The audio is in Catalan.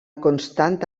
constant